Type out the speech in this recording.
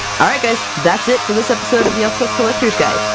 alright guys that's it for this episode of the elfquest collector's guide!